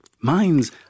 Mine's